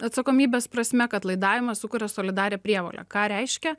atsakomybės prasme kad laidavimas sukuria solidarią prievolę ką reiškia